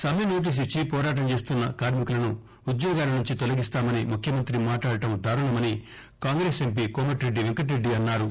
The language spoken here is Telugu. సమ్మె నోటీసు ఇచ్చి పోరాటం చేస్తున్న కార్మికులను ఉద్యోగాల నుంచి తొలగిస్తామని ముఖ్యమంతి మాట్లాడటం దారుణమని కాంగ్రెస్ ఎంపీ కోమటిరెడ్డివెంకటరెడ్డి అన్నారు